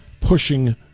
pushing